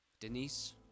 Denise